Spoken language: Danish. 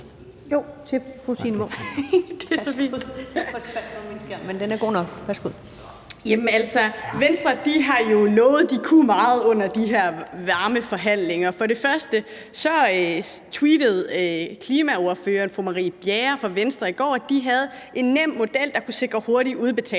er fra fru Signe Munk. Værsgo. Kl. 14:03 Signe Munk (SF): Venstre lovede jo, at de kunne meget, under de her varmeforhandlinger. For det første tweetede klimaordføreren, fru Marie Bjerre fra Venstre, i går, at de havde en nem model, der kunne sikre hurtig udbetaling.